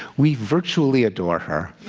we virtually adore her.